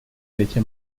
leche